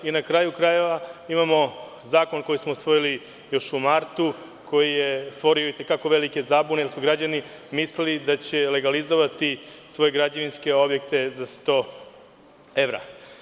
Na kraju krajeva, imamo zakon koji smo usvojili još u martu, koji je stvorio itekako velike zabune, jer su građani mislili da će legalizovati svoje građevinske objekte za 100 evra.